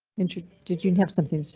inter, did you and have something to say?